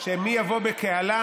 על מי יבוא בקהלם,